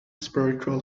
spiritual